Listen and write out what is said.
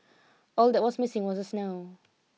all that was missing was the snow